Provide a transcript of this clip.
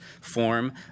form